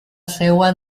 seua